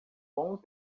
bom